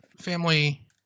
family